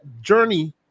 journey